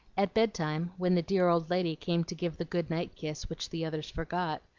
at bedtime, when the dear old lady came to give the good-night kiss, which the others forgot,